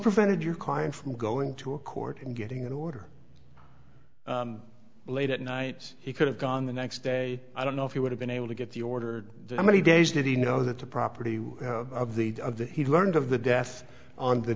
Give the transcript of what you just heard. prevented your client from going to a court and getting an order late at night he could have gone the next day i don't know if he would have been able to get the order the how many days did he know that the property of the of the he learned of the death on the